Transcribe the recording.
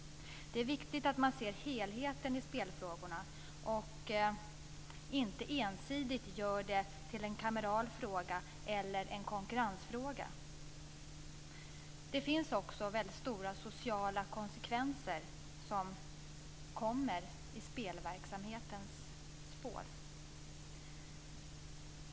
Det är viktigt att man ser till helheten i spelfrågan och inte ensidigt gör den till en kameral fråga eller konkurrensfråga. Det finns också väldigt stora sociala konsekvenser som följer i spelverksamhetens spår.